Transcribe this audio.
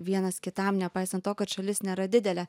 vienas kitam nepaisant to kad šalis nėra didelė